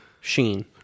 Sheen